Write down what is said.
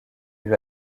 lui